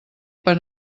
per